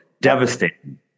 Devastating